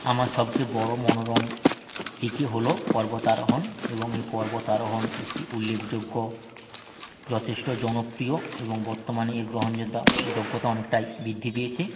আমার সবচেয়ে বড়ো মনোরম হিকি হল পর্বতারোহণ এবং এই পর্বতারোহণ একটি উল্লেখযোগ্য যথেষ্ট জনপ্রিয় এবং বর্তমানে এর গ্রহণযোদ্ধা যোগ্যতা অনেকটাই বৃদ্ধি পেয়েছে